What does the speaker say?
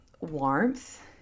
warmth